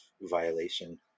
violation